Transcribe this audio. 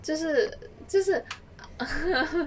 这是这是